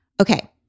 Okay